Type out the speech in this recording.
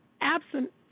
absent